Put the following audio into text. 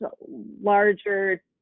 larger